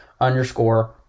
underscore